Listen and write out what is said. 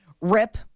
rip